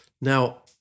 Now